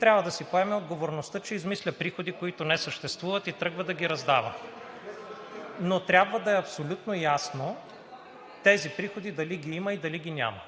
трябва да си поеме отговорността, че измисля приходи, които не съществуват, и тръгва да ги раздава. Трябва да е абсолютно ясно тези приходи дали ги има и дали ги няма.